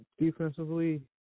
defensively